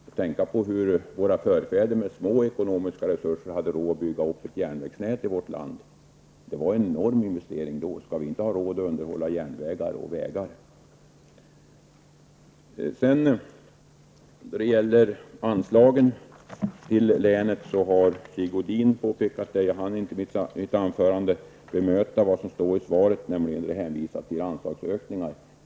Vi kan tänka på att våra förfäder med små ekonomiska resurser hade råd att bygga upp ett järnvägsnät i vårt land -- det var en enorm investering då. Skall vi då inte ha råd att underhålla järnvägar och vägar? När det gäller anslagen till länet instämmer jag i Sigge Godins påpekande -- jag hann i mitt anförande inte bemöta vad som på den punkten sägs i svaret. Där hänvisas till anslagsökningar.